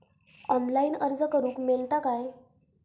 Online अर्ज करूक मेलता काय?